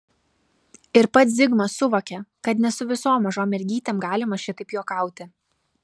ir pats zigmas suvokė kad ne su visom mažom mergytėm galima šitaip juokauti